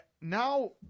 now